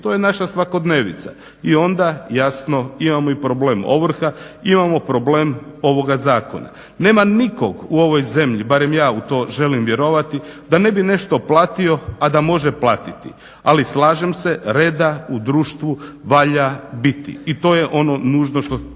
to je naša svakodnevnica. I onda jasno imamo i problem ovrha imamo problem ovoga zakona. Nema nikoga u ovoj zemlji barem ja u to želim vjerovati da ne bi nešto platio a da može platiti, ali slažem se reda u društvu valja biti i to je ono nužno što